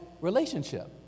relationship